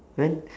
when